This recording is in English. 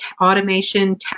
automation